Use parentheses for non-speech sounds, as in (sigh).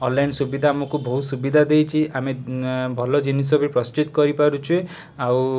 online ସୁବିଧା ଆମକୁ ବହୁତ ସୁବିଧା ଦେଇଛି ଆମେ ଏଁ ଭଲ ଜିନିଷ ବି (unintelligible) କରିପାରୁଛେ ଆଉ